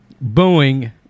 Booing